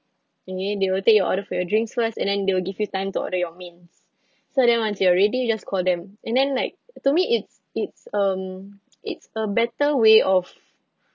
okay they will take your order for your drinks first and then they will give you time to order your mains so then once you're ready just call them and then like to me it's it's um it's a better way of